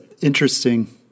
interesting